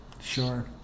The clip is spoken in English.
Sure